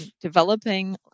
developing